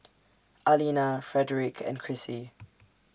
Alina Frederic and Crissy